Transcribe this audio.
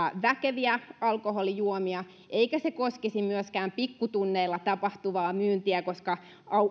väkeviä alkoholijuomia eikä se koskisi myöskään pikkutunneilla tapahtuvaa myyntiä koska